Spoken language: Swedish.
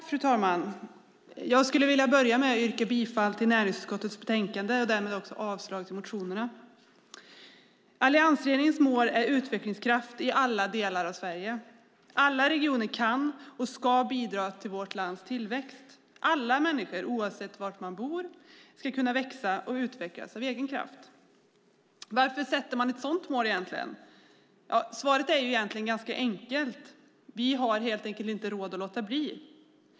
Fru talman! Jag skulle vilja börja med att yrka bifall till förslaget i näringsutskottets betänkande och därmed också avslag på motionerna. Alliansregeringens mål är utvecklingskraft i alla delar av Sverige. Alla regioner kan och ska bidra till vårt lands tillväxt. Alla människor, oavsett var de bor, ska kunna växa och utvecklas av egen kraft. Varför sätter man ett sådant mål? Svaret är egentligen ganska enkelt. Vi har helt enkelt inte råd att låta bli.